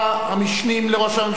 המשנים לראש הממשלה,